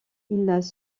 ils